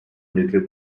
military